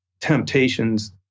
temptations